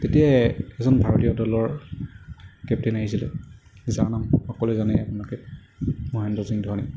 তেতিয়াই এজন ভাৰতীয় দলৰ কেপ্তেইন আহিছিলে যাৰ নাম সকলোৱে জানে আপোনালোকে মহেন্দ্ৰ সিং ধোনী